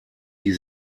die